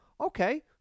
okay